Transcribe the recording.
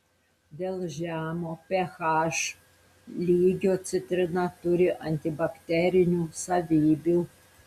dėl žemo ph lygio citrina turi antibakterinių savybių